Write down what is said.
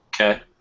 Okay